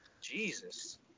Jesus